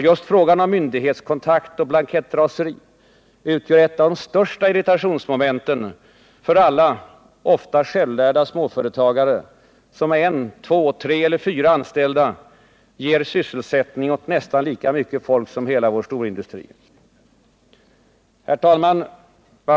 Just frågan om myndighetskontakt och blankettraseri utgör ett av de största irritationsmomenten för alla, ofta självlärda, småföretagare som med en, två, tre eller fyra anställda ger sysselsättning åt nästan lika mycket folk som hela vår storindustri.